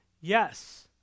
Yes